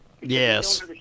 Yes